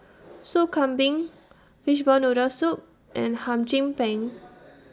Sop Kambing Fishball Noodle Soup and Hum Chim Peng